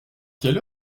quelle